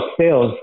sales